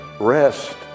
rest